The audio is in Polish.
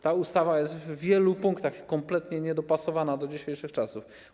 Ta ustawa jest w wielu punktach kompletnie niedopasowana do dzisiejszych czasów.